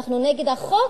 אנחנו נגד החוק